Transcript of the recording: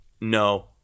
no